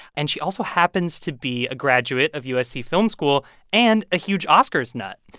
and she also happens to be a graduate of usc film school and a huge oscars nut.